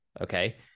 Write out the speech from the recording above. okay